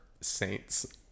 saints